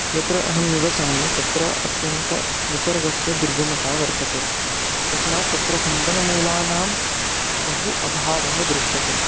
यत्र अहं निवसामि तत्र अत्यन्तनिसर्गस्य दुर्गमता वर्तते तस्मात् तत्र सम्पन्मूलानां बहु अभावः दृश्यते